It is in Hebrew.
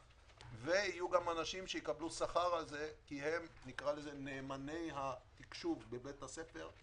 ויהיו גם אנשים שיקבלו שכר על זה כי הם נאמני התקשוב בבית הספר,